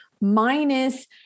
minus